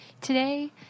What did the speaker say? today